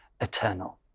eternal